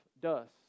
dust